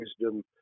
wisdom